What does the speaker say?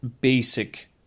basic